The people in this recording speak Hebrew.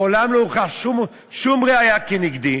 מעולם לא הוכחה שום ראיה כנגדי.